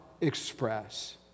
express